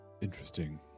Interesting